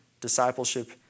Discipleship